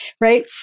right